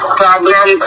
problem